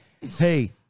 hey